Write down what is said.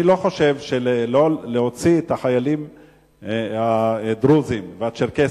ואני לא חושב שלהוציא את החיילים הדרוזים והצ'רקסים,